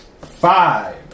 Five